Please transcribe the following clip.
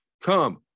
Come